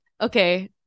okay